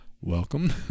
welcome